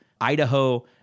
Idaho